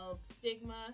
stigma